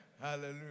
Hallelujah